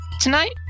Tonight